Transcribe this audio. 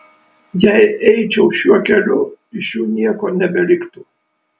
jei eičiau šiuo keliu iš jų nieko nebeliktų